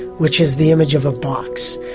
which is the image of a box,